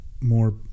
more